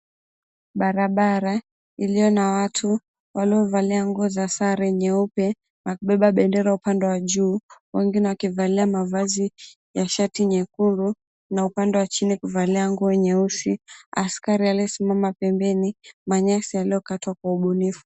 Barabara iliyo na watu waliovalia nguo za sare nyeupe na kubeba bendera upande wa juu wengine wakivalia mavazi na shati nyekundu na upande wa chini kuvalia nguo nyeusi. Askari aliyesimama pembeni. Manyasi yaliyokatwa kwa ubunifu.